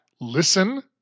listen